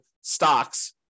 stocks